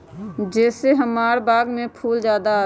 जे से हमार बाग में फुल ज्यादा आवे?